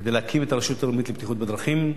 כדי להקים את הרשות הלאומית לבטיחות בדרכים.